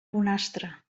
bonastre